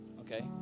Okay